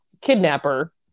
kidnapper